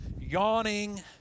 yawning